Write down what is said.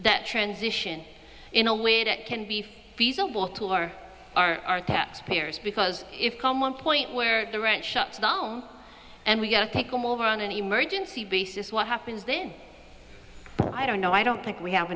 that transition in a way that can be feasible to our our taxpayers because if come one point where the rent shuts down and we go over on an emergency basis what happens then i don't know i don't think we have